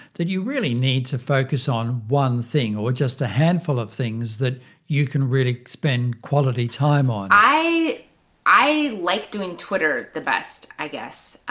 that you really need to focus on one thing or just a handful of things that you can really spend quality time on. i i like doing twitter the best i guess.